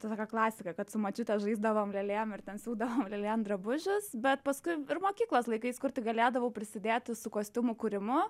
ta tokia klasika kad su močiute žaisdavom lėlėm ir ten siūdavom lėlėm drabužius bet paskui ir mokyklos laikais kur tik galėdavau prisidėti su kostiumų kūrimu